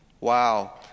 Wow